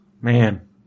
Man